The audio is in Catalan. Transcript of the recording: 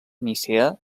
nicea